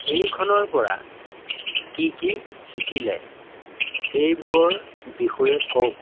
এইখনৰ পৰা কি কি শিকিলে সেইবোৰৰ বিষয়ে কওক